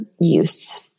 use